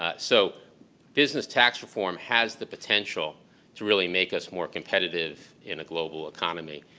ah so business tax reform has the potential to really make us more competitive in a global economy.